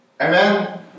Amen